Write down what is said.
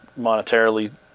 monetarily